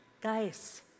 Guys